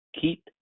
keep